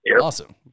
Awesome